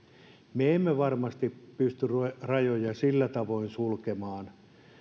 me emme varmasti pysty rajoja sillä tavoin sulkemaan